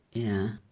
yeah?